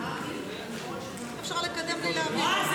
אי-אפשר לקדם בלי להבין.